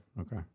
Okay